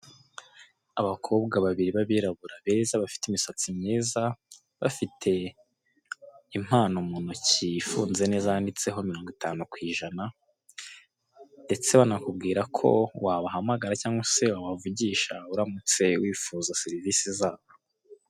U Rwanda rufite intego yo kongera umukamo n'ibikomoka ku matungo, niyo mpamvu amata bayakusanyiriza hamwe, bakayazana muri kigali kugira ngo agurishwe ameze neza yujuje ubuziranenge.